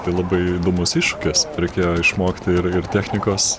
tai labai įdomus iššūkis reikėjo išmokti ir ir technikos